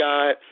God